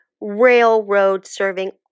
railroad-serving